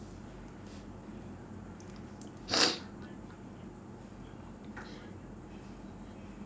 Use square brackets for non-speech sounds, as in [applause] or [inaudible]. [noise]